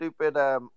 stupid